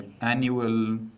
annual